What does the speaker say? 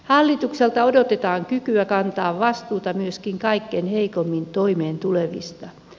hallitukselta odotetaan kykyä kantaa vastuuta myöskin kaikkein heikoimmin toimeentulevista